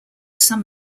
some